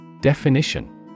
definition